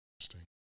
Interesting